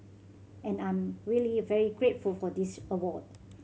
and I'm really very grateful for this award